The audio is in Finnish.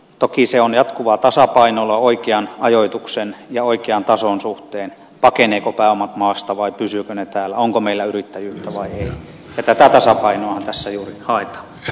toki se on jatkuvaa tasapainoilua oikean ajoituksen ja oikean tason suhteen pakenevatko pääomat maasta vai pysyvätkö ne täällä onko meillä yrittäjyyttä vai ei ja tätä tasapainoahan tässä juuri haetaan